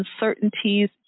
uncertainties